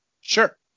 Sure